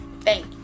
Thank